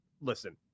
listen